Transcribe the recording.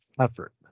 effort